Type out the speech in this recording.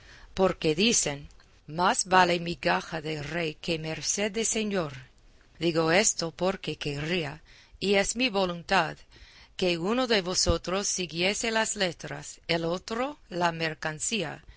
porque dicen más vale migaja de rey que merced de señor digo esto porque querría y es mi voluntad que uno de vosotros siguiese las letras el otro la mercancía